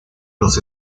los